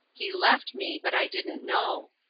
he left me, but i didn't know.